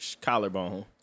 collarbone